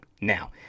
Now